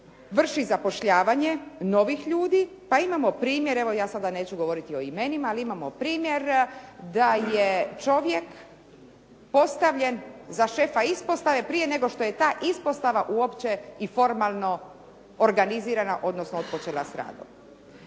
vrši zapošljavanje novih ljudi pa imamo primjer, evo ja sada neću govoriti o imenima, ali imamo primjer da je čovjek postavljen za šefa ispostave prije nego što je ta ispostava uopće i formalno organizirana odnosno otpočela s radom.